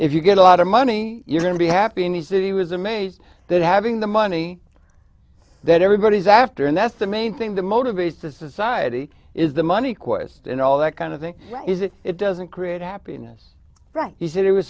if you get a lot of money you're going to be happy and he said he was amazed that having the money that everybody's after and that's the main thing that motivates the society is the money quest and all that kind of thing is that it doesn't create happiness right he said he was